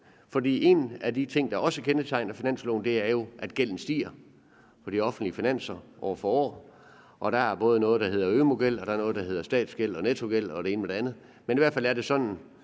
for en af de ting, der også kendetegner finansloven, er jo, at gælden stiger på de offentlige finanser år for år. Og der er både noget, der hedder ØMU-gæld, og noget, der hedder statsgæld og nettogæld og det ene med det andet. Men i hvert fald er det sådan,